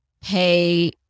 pay